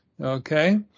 okay